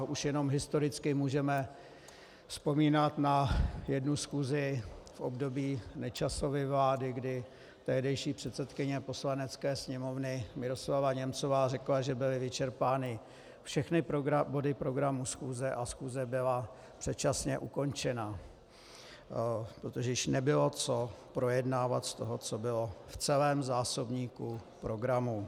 Už jenom historicky můžeme vzpomínat na jednu schůzi v období Nečasovy vlády, kdy tehdejší předsedkyně Poslanecké sněmovny Miroslava Němcová řekla, že byly vyčerpány všechny body programu schůze, a schůze byla předčasně ukončena, protože již nebylo co projednávat z toho, co bylo v celém zásobníku programu.